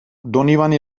donibane